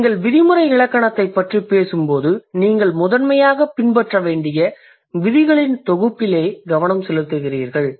எனவே நீங்கள் விதிமுறை இலக்கணத்தைப் பற்றிப் பேசும்போது நீங்கள் முதன்மையாக பின்பற்ற வேண்டிய விதிகளின் தொகுப்பில் கவனம் செலுத்துகிறீர்கள்